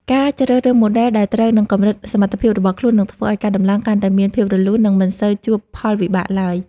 ការជ្រើសរើសម៉ូដែលដែលត្រូវនឹងកម្រិតសមត្ថភាពរបស់ខ្លួននឹងធ្វើឱ្យការដំឡើងកាន់តែមានភាពរលូន និងមិនសូវជួបផលវិបាកឡើយ។